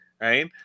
right